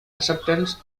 acceptance